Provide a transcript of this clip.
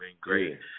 great